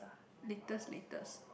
latest latest